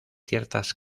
ciertas